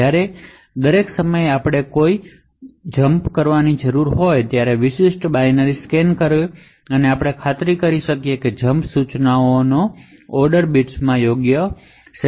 બાઈનરીને scan કરતી વખતે જ્યારે કોઈ જંપ ઇન્સટ્રકશન હોય ત્યારે દરેક સમયે આપણે એ ખાતરી કરવાની જરૂર હોવી જોઈએ કે તે જમ્પ ઇન્સટ્રકશનના ઉચ્ચ ઓર્ડર બિટ્સમાં યોગ્ય સેગમેન્ટ મૂલ્ય છે